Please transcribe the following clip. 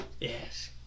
Yes